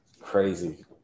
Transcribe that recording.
Crazy